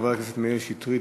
חבר הכנסת מאיר שטרית,